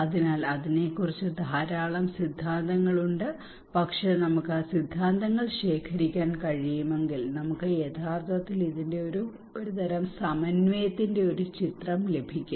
അതിനാൽ അതിനെക്കുറിച്ച് ധാരാളം സിദ്ധാന്തങ്ങളുണ്ട് പക്ഷേ നമുക്ക് ആ സിദ്ധാന്തങ്ങൾ ശേഖരിക്കാൻ കഴിയുമെങ്കിൽ നമുക്ക് യഥാർത്ഥത്തിൽ ഇതിന്റെ ഒരുതരം സമന്വയത്തിന്റെ ഒരു ചിത്രം ലഭിക്കും